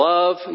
Love